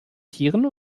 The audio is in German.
tieren